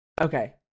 Okay